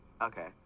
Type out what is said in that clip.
Okay